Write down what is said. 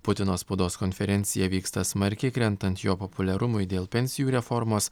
putino spaudos konferencija vyksta smarkiai krentant jo populiarumui dėl pensijų reformos